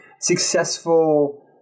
Successful